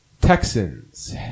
Texans